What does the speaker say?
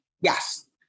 Yes